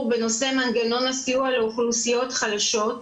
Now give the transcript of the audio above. בנושא מנגנות הסיוע לאוכלוסיות חלשות,